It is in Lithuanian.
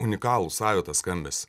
unikalų savitą skambesį